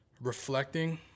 reflecting